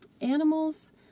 animals